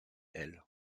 elle